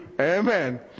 Amen